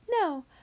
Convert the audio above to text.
No